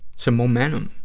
some momentum.